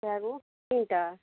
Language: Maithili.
कएगो तीनटा